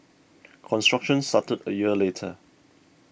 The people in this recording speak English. construction started a year later